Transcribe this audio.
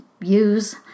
use